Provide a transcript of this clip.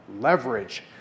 leverage